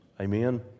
Amen